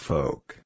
Folk